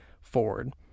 forward